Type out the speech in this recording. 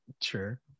Sure